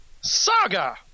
Saga